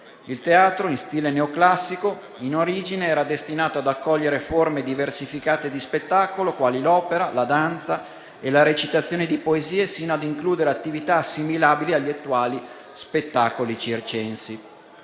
Il Teatro, in stile neoclassico, in origine era destinato ad accogliere forme diversificate di spettacolo, quali l'opera, la danza e la recitazione di poesie, sino ad includere attività assimilabili agli attuali spettacoli circensi.